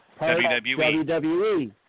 WWE